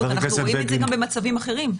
אנחנו רואים את זה גם במצבים אחרים.